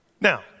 Now